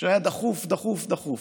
שהיה דחוף, דחוף,